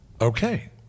okay